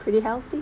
pretty healthy